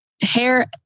hair